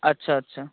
আচ্ছা আচ্ছা